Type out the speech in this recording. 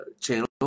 channel